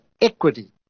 equity